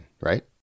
right